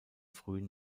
frühen